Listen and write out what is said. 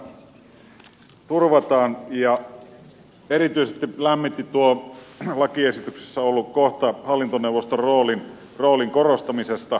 rahoitus turvataan ja erityisesti lämmitti tuo lakiesityksessä ollut kohta hallintoneuvoston roolin korostamisesta